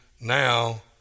now